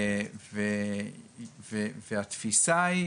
והתפיסה היא